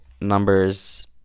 numbers